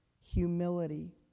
humility